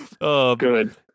Good